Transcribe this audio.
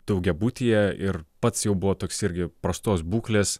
daugiabutyje ir pats jau buvo toks irgi prastos būklės